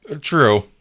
True